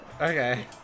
Okay